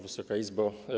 Wysoka Izbo!